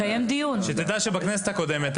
שתדע שבכנסת הקודמת,